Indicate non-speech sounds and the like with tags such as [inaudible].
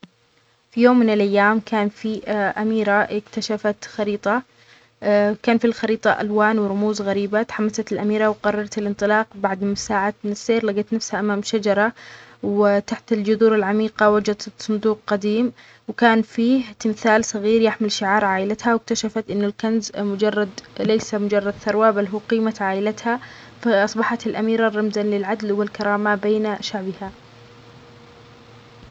في يوم من الأيام كان في [hesitation] أميرة اكتشفت خريطة [hesitation] كانت الخريطة ألوان ورموز غريبة اتحمست الأميرة وقررت الانطلاق بعد مساعدة السير لجت نفسها أمام شجرة و (اا) تحت الجدر العميقة وجدت صندوق قديم، وكان فيه تمثال صغير يحمل شعار عيلتها واكتشفت أن الكنز مجرد ليس مجرد ثروة بل هو قيمة عيلتها، فأصبحت الأميرة رمزًا للعدل والكرامة بين شعبها.